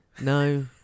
no